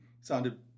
sounded